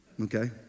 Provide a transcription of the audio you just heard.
Okay